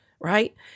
right